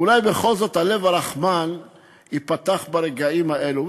אולי בכל זאת הלב הרחמן ייפתח ברגעים האלו.